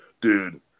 dude